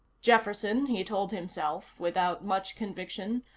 jefferson, he told himself without much conviction,